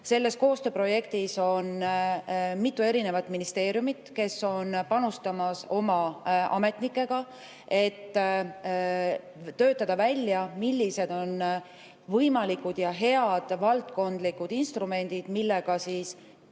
Selles koostööprojektis on mitu erinevat ministeeriumit, kes on panustamas oma ametnikega, et töötada välja, millised on võimalikud ja head valdkondlikud instrumendid, millega